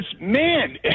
man